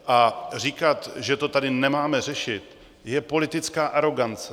A říkat, že to tady nemáme řešit, je politická arogance.